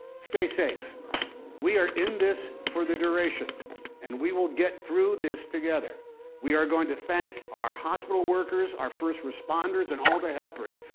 stay safe we are in this for the duration and we will get through this together we are going to thank our hospital workers, our first responders and all the helpers,